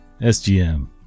SGM